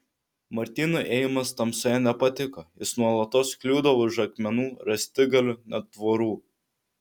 martynui ėjimas tamsoje nepatiko jis nuolatos kliūdavo už akmenų rąstigalių net tvorų